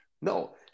No